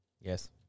Yes